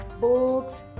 books